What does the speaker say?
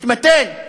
התמתן?